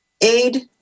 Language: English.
aid